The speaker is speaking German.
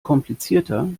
komplizierter